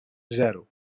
zero